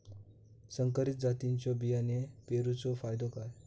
संकरित जातींच्यो बियाणी पेरूचो फायदो काय?